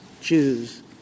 Jews